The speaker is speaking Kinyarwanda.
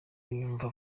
unyumva